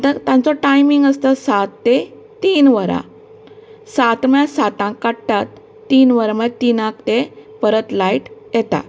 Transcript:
आता तांचो टायमींग आसता सात तें तीन वरां सात म्हळ्यार सातांक काडटात तीन वरां म्हळ्यार तिनांक तें परत लायट येता